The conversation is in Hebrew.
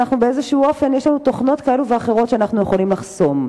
באיזה אופן יש לנו תוכנות כאלה ואחרות שאנחנו יכולים לחסום.